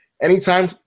Anytime